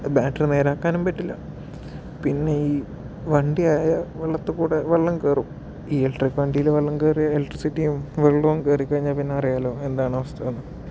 battery നേരെയാക്കാനും പറ്റില്ല പിന്നെ ഈ വണ്ടി ആയാൽ വെള്ളത്തിൽക്കൂടെ വെള്ളം കയറും ഇലക്ട്രിക് വണ്ടിയില് വെള്ളം കയറിയാൽ ഇലക്ട്രിസിറ്റിയും വെള്ളവും കയറി കഴിഞ്ഞാൽ പിന്നെ അറിയാമല്ലോ എന്താണ് അവസ്ഥയെന്ന്